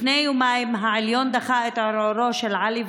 לפני יומיים העליון דחה את ערעורו על עלי,